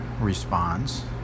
responds